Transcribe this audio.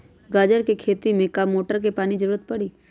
गाजर के खेती में का मोटर के पानी के ज़रूरत परी?